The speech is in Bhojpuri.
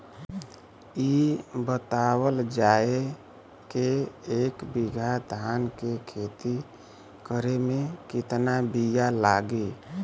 इ बतावल जाए के एक बिघा धान के खेती करेमे कितना बिया लागि?